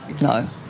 No